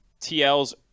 TL's